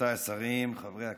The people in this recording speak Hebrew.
רבותיי השרים, חברי הכנסת,